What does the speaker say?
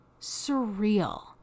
surreal